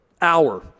hour